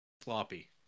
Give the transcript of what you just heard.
Sloppy